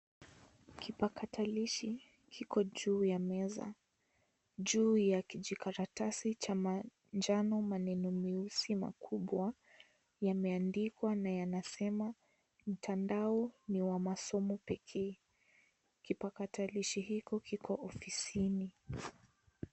Kipakatalishi kipo juu ya meza. Juu ya kijikaratasi cha manjano maneno meusi makubwa yameadikwa na yanasema, "mtandao ni wa masomo pekee". Kipakatalishi hiki kipo ofisini.